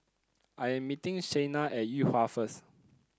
I'm meeting Shayna at Yuhua first